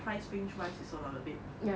price range wise is a about a bit